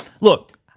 Look